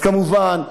אז כמובן,